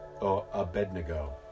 Abednego